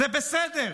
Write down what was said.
זה בסדר.